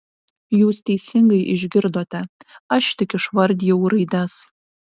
jūs teisingai išgirdote aš tik išvardijau raides